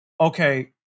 okay